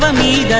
me